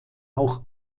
auch